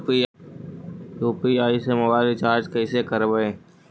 UPI से mobile recharge कैसे करबइ?